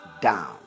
down